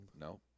No